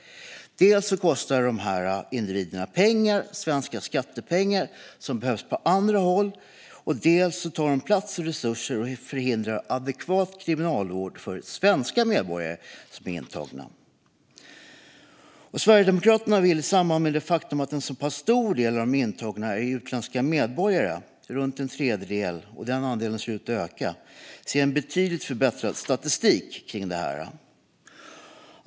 Dels kostar dessa individer pengar, svenska skattepengar som behövs på annat håll, dels tar de plats och resurser och förhindrar adekvat kriminalvård för svenska medborgare som är intagna. Sverigedemokraterna vill också i samband med det faktum att en så stor del av de intagna är utländska medborgare - omkring en tredjedel, och den andelen ser ut att öka - se en betydligt förbättrad statistik när det gäller detta.